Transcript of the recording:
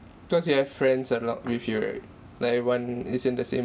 cause you have friends a lot with you right like everyone is in the same